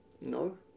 no